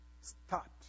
start